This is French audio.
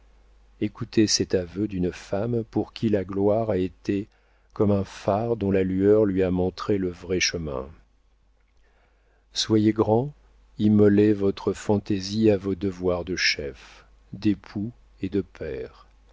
écoutez cet aveu d'une femme pour qui la gloire a été comme un phare dont la lueur lui a montré le vrai chemin soyez grand immolez votre fantaisie à vos devoirs de chef d'époux et de père